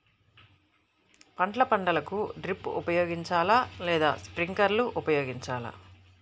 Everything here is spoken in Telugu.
పండ్ల పంటలకు డ్రిప్ ఉపయోగించాలా లేదా స్ప్రింక్లర్ ఉపయోగించాలా?